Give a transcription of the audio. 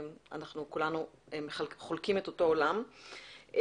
כולנו חולקים את אותו עולם.